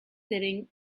sitting